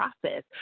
process